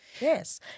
Yes